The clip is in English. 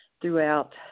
throughout